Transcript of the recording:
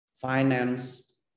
finance